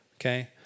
okay